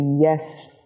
yes